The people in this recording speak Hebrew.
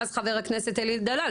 ואז חבר הכנסת אלי דלאל,